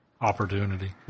opportunity